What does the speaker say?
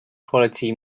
quality